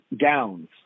gowns